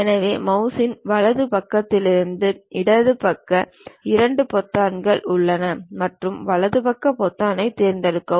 எனவே மவுஸின் வலது பக்கத்திற்கு இடது பக்க 2 பொத்தான்கள் உள்ளன மற்றும் வலது பக்க பொத்தானைத் தேர்ந்தெடுக்கவும்